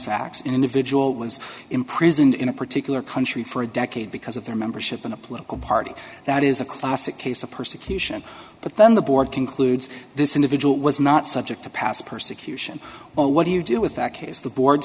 facts individual was imprisoned in a particular country for a decade because of their membership in a political party that is a classic case of persecution but then the board concludes this individual was not subject to past persecution well what do you do with that case the board